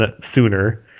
sooner